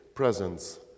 presence